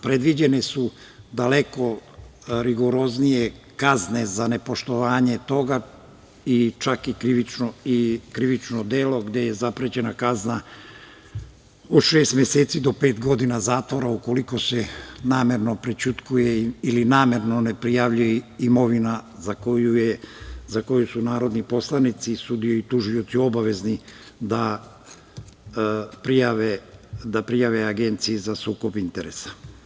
Predviđene su daleko rigoroznije kazne za nepoštovanje toga i čak krivično delo gde je zaprećena kazna od šest meseci do pet godina zatvora ukoliko se namerno prećutkuje ili namerno ne prijavljuje imovina za koju su narodni poslanici, sudije i tužioci obavezni da prijave Agenciji za sukob interesa.